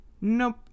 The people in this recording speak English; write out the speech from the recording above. Nope